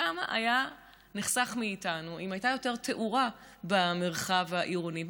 כמה היה נחסך מאיתנו אם הייתה יותר תאורה במרחב העירוני.